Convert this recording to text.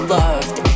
loved